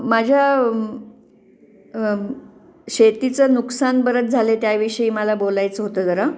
माझ्या शेतीचं नुकसान बरंच झालं आहे त्याविषयी मला बोलायचं होतं जरा